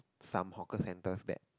some hawker centers that